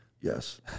Yes